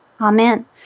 Amen